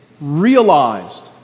realized